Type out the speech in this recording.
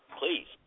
please